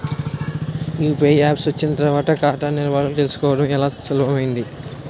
UPI apps వచ్చిన తర్వాత ఖాతా నిల్వలు తెలుసుకోవడం చాలా సులభమైంది